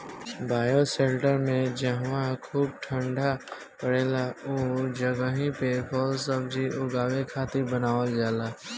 bioshelter में जहवा खूब ठण्डा पड़ेला उ जगही पे फल सब्जी उगावे खातिर बनावल जाला